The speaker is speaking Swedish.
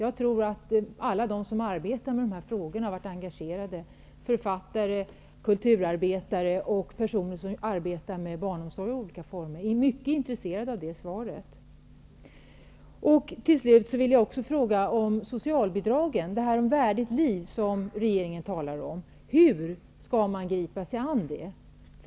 Jag tror att alla de som arbetar med dessa frågor och som har varit engagerade -- författare, kulturarbetare och personer som arbetar med barnomsorgen i olika former -- är mycket intresserade av ett svar. Till slut vill jag fråga om socialbidragen. Regeringen talar om värdigt liv. Hur skall man gripa sig an det?